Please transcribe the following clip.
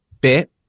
bit